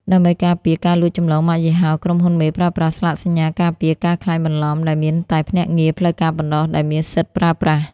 ដើម្បីការពារ "ការលួចចម្លងម៉ាកយីហោ" ក្រុមហ៊ុនមេប្រើប្រាស់ "ស្លាកសញ្ញាការពារការក្លែងបន្លំ" ដែលមានតែភ្នាក់ងារផ្លូវការប៉ុណ្ណោះដែលមានសិទ្ធិប្រើប្រាស់។